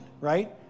right